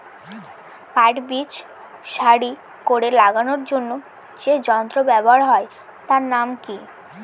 পাট বীজ সারি করে লাগানোর জন্য যে যন্ত্র ব্যবহার হয় তার নাম কি?